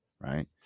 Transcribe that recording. right